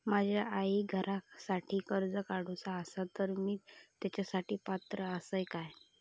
माझ्या आईक घरासाठी कर्ज काढूचा असा तर ती तेच्यासाठी पात्र असात काय?